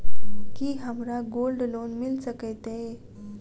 की हमरा gold loan मिल सकैत ये?